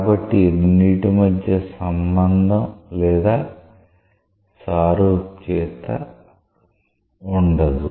కాబట్టి ఈ రెండిటి మధ్య సంబంధం లేదా సారూప్యత ఉండదు